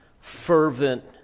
fervent